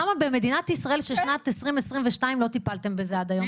למה במדינת ישראל של שנת 2022 לא טיפלתם בזה עד היום?